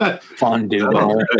Fondue